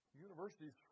Universities